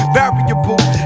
Variable